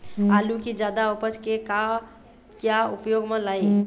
आलू कि जादा उपज के का क्या उपयोग म लाए?